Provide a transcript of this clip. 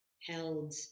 held